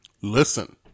Listen